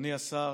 אדוני השר,